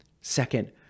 Second